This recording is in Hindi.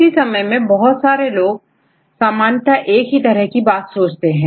किसी एक समय में बहुत सारे लोग एक ही तरह की बात सोचते हैं